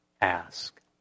ask